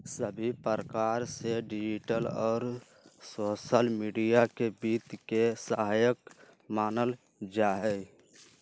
सभी प्रकार से डिजिटल और सोसल मीडिया के वित्त के सहायक मानल जाहई